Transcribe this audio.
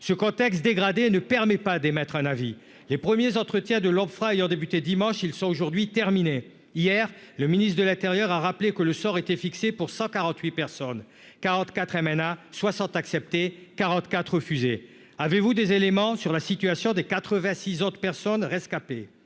Ce contexte dégradé ne permet pas d'émettre un avis. Les premiers entretiens de l'Ofpra ont débuté dimanche, ils sont aujourd'hui terminés. Hier, le ministre de l'intérieur a rappelé que le sort était fixé pour 148 personnes- 44 mineurs non accompagnés (MNA), 60 personnes acceptées, 44 refusées. Avez-vous des éléments sur la situation des 86 autres personnes rescapées ?